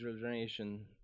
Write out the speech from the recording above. generation